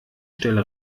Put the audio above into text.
stelle